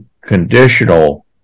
conditional